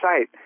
site